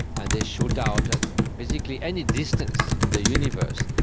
and they shoot out at basically any distance in the universe,